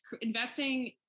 investing